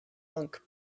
funk